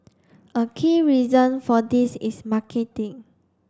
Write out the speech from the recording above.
a key reason for this is marketing